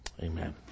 Amen